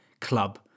club